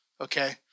Okay